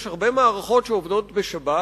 יש הרבה מערכות שעובדות בשבת,